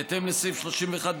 בהתאם לסעיף 31(ב)